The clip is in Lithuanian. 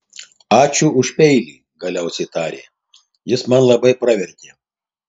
ačiū už peilį galiausiai tarė jis man labai pravertė